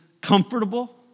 comfortable